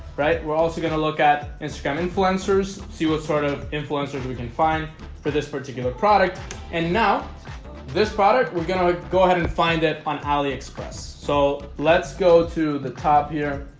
right? we're also gonna look at instagram influencers see what sort of influencers we can find for this particular product and now this product we're going to go ahead and find it on aliexpress. so let's go to the top here